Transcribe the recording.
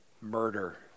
murder